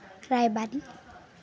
ᱨᱟᱭᱵᱟᱨᱤᱡ